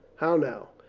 how now?